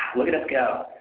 look at us go.